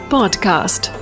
Podcast